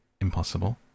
impossible